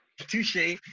Touche